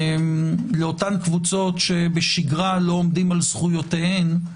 לאותן קבוצות שבשגרה לא עומדים על זכויותיהן,